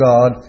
God